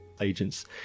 agents